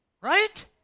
Right